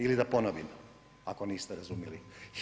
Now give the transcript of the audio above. Ili da ponovim ako niste razumjeli?